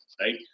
right